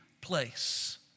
place